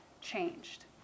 changed